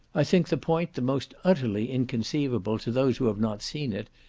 i think the point the most utterly inconceivable to those who have not seen it,